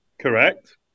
Correct